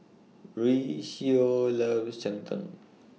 Rocio loves Cheng Tng